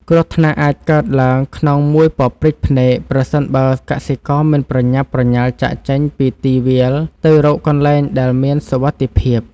គ្រោះថ្នាក់អាចកើតឡើងក្នុងមួយប៉ព្រិចភ្នែកប្រសិនបើកសិករមិនប្រញាប់ប្រញាល់ចាកចេញពីទីវាលទៅរកកន្លែងដែលមានសុវត្ថិភាព។